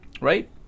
right